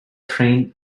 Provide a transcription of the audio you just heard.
trained